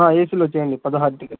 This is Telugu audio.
ఏసీలో చేయండి పదహారు టికెట్స్